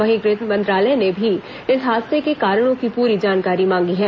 वहीं गृह मंत्रालय ने भी इस हादसे के कारणों की पूरी जानकारी मांगी है